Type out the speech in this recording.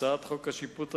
הצעת חוק השיפוט הצבאי,